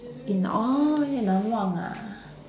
yi orh yi nang wang ah